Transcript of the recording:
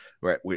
right